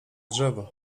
drzewo